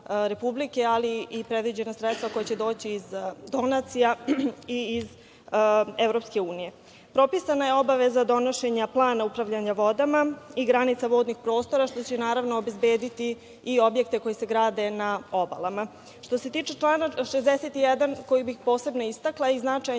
ali i predviđena sredstava koja će doći iz donacija i iz EU. Propisana je obaveza donošenja plana upravljanja vodama i granica vodnih prostora, što će, naravno, obezbediti i objekte koji se grade na obalama. Što se tiče člana 61, koji bih posebno istakla i koji je značajan